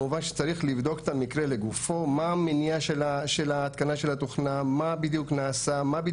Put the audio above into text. גב' נאוה כהן אביגדור, ראש אגף 105,